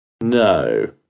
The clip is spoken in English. no